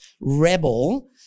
rebel